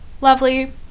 lovely